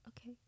okay